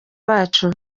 bacu